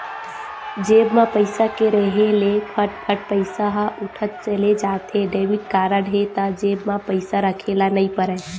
जेब म पइसा के रेहे ले फट फट पइसा ह उठत चले जाथे, डेबिट कारड हे त जेब म पइसा राखे ल नइ परय